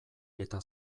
eta